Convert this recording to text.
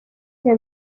que